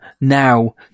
now